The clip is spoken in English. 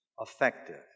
effective